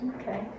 Okay